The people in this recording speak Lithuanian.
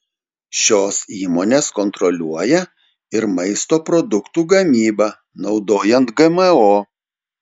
šios įmonės kontroliuoja ir maisto produktų gamybą naudojant gmo